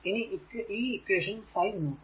ഇനി ഈ ഇക്വേഷൻ 5 നോക്കുക